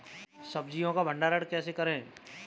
सब्जियों का भंडारण कैसे करें?